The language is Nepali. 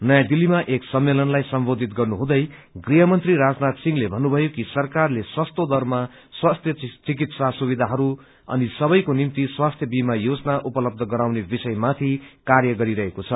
नयाँ दिल्तीमा एक सम्मेलनलाई सम्बोधित गर्नुहुँदै गृहमन्त्री राजनाथ सिंहले भन्नुथयो कि सरकारले सस्तो दरमा स्वास्थ्य चिकित्सा सुविधाहरू अनि सबैको निम्ति स्वास्थ्य बीमा योजना उपलब्ध गराउने विषयमाथि र्काय गरिरहेको छ